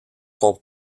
sont